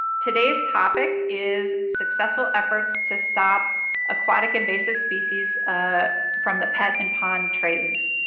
today's topic is successful efforts to stop aquatic invasive species ah from the pet and pond trades.